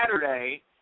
Saturday